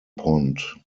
pond